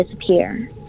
disappear